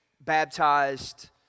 baptized